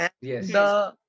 Yes